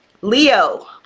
Leo